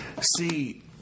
See